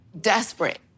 desperate